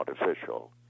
artificial